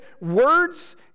words